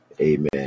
Amen